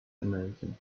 american